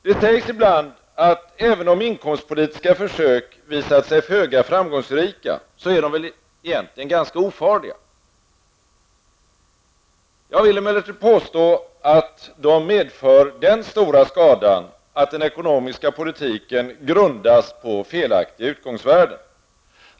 Det sägs ibland att även om inkomstpolitiska försök visat sig föga framgångsrika, är de väl också ganska ofarliga. Jag vill emellertid påstå att de medför den stora skadan att den ekonomiska politiken grundas på felaktiga utgångsvärden.